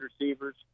receivers